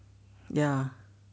ya